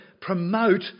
promote